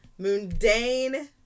Mundane